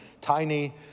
tiny